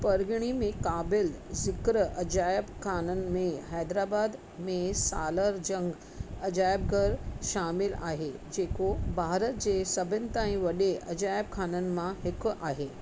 परॻिणे में क़ाबिल ज़िक्र अजायब ख़ाननि में हैदराबाद में सालर जंग अजायब घरु शामिलु आहे जेको भारत जे सभिणी ताईं वॾे अजायब ख़ाननि मां हिकु आहे